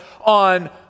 on